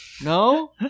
No